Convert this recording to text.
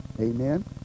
Amen